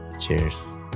Cheers